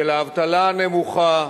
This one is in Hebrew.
הן של האבטלה הנמוכה,